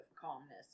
calmness